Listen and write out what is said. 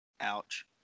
Ouch